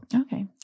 Okay